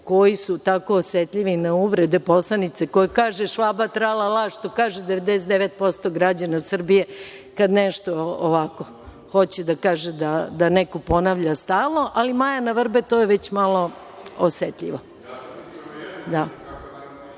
koji su tako osetljivi na uvrede poslanice koja kaže – Švaba tra-la-la, što kaže 99% građana Srbije kada hoće da kaže da neko nešto ponavlja stalno, ali „Maja na vrbe“ to je već malo osetljivo. Tako